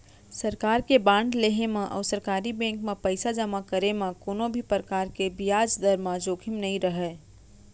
सरकार के बांड लेहे म अउ सरकारी बेंक म पइसा जमा करे म कोनों भी परकार के बियाज दर म जोखिम नइ रहय